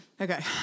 Okay